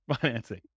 financing